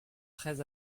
treize